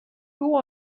who